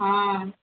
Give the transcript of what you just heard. ହଁ